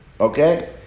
Okay